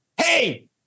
hey